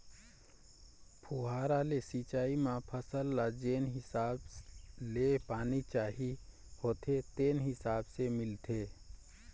फुहारा ले सिंचई म फसल ल जेन हिसाब ले पानी चाही होथे तेने हिसाब ले मिलथे